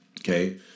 Okay